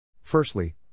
Firstly